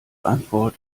antwort